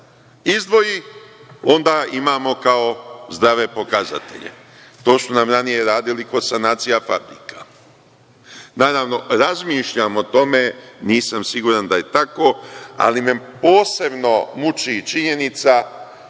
izdvoji, onda imamo kao zdrave pokazatelje. To su nam ranije radili kod sanacije, naravno razmišljam o tome, nisam siguran da je tako, ali me posebno muči činjenica